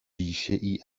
بیشهای